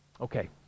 Okay